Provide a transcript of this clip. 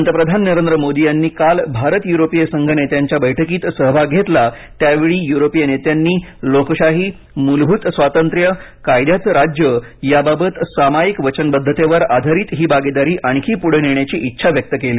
पंतप्रधान नरेंद्र मोदी यांनी काल भारत युरोपिय संघ नेत्यांच्या बैठकीत सहभाग घेतला त्यावेळी युरोपिय नेत्यांनी लोकशाही मूलभूत स्वातंत्र्य कायद्याचं राज्य याबाबत सामायिक वचनबद्धतेवर आधारित ही भागिदारी आणखी पुढे नेण्याची इच्छा व्यक्त केली